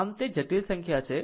આમ તે જટિલ સંખ્યા છે